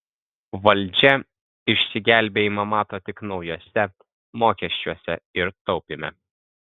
valdžia išsigelbėjimą mato tik naujuose mokesčiuose ir taupyme